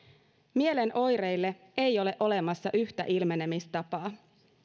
mielen oireille ei ole olemassa yhtä ilmenemistapaa